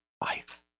life